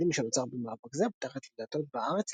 התקדים שנוצר במאבק זה פתח את הדלתות בארץ